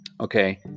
okay